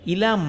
Ila